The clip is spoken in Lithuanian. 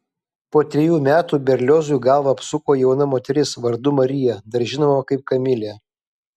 po trejų metų berliozui galvą apsuko jauna moteris vardu marija dar žinoma kaip kamilė